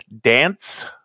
Dance